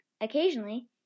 Occasionally